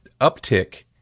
uptick